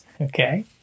Okay